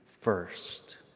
first